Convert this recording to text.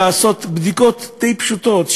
לעשות בדיקות די פשוטות,